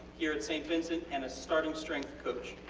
here at st. vincent, and a starting strength coach.